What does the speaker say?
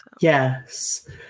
Yes